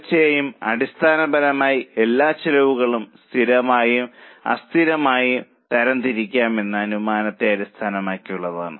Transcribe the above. തീർച്ചയായും അടിസ്ഥാനപരമായി എല്ലാ ചെലവുകളും സ്ഥിരമായും അസ്ഥിരമായും തരംതിരിക്കാം എന്ന അനുമാനത്തെ അടിസ്ഥാനമാക്കിയുള്ളതാണ്